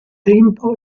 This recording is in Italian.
tempo